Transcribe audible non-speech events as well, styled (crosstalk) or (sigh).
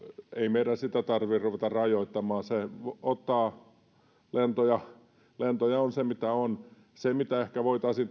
meidän sitä tarvitse ruveta rajoittamaan lentoja lentoja on se mitä on mitä ehkä voitaisiin (unintelligible)